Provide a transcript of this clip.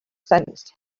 sensed